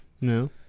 No